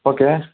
okay